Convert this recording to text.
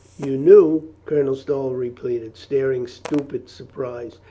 you knew? colonel stow repeated, staring stupid surprise.